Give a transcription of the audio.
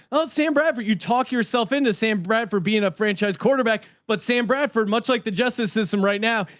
oh, sam bradford, you talk yourself into sam bradford being a franchise quarterback. but sam bradford much like the justice system right now.